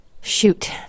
Shoot